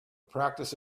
practice